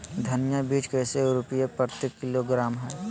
धनिया बीज कैसे रुपए प्रति किलोग्राम है?